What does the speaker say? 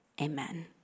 Amen